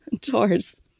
tours